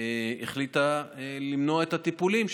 החליטה למנוע את הטיפולים.